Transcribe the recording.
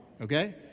okay